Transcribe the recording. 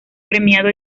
premiado